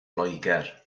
loegr